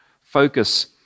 focus